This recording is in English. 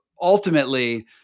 ultimately